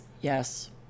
Yes